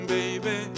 Baby